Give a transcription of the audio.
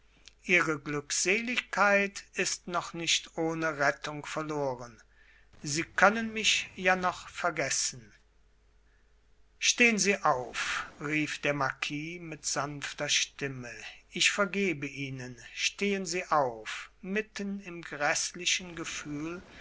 ihre glückseligkeit ist noch nicht ohne rettung verloren sie können mich ja noch vergessen stehen sie auf rief der marquis mit sanfter stimme ich vergebe ihnen stehen sie auf mitten im gräßlichen gefühl